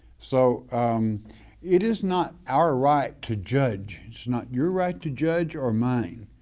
so it is not our right to judge. it's not your right to judge or mine,